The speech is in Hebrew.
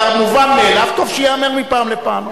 והמובן מאליו טוב שייאמר מפעם לפעם,